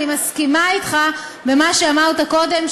אני מסכימה אתך במה שאמרת קודם,